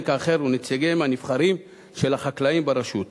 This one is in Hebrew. האחר הם נציגיהם הנבחרים של החקלאים ברשות.